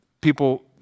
people